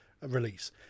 release